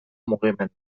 mugimenduak